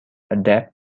adapt